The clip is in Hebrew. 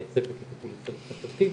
יהיה צוות לטיפול אסרטיבי,